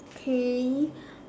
okay